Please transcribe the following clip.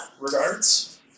regards